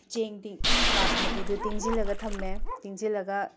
ꯆꯦꯡꯗꯤ ꯕꯥꯁꯃꯥꯇꯤꯗꯨ ꯇꯤꯡꯁꯤꯜꯂꯒ ꯊꯝꯂꯦ ꯇꯤꯡꯁꯤꯜꯂꯒ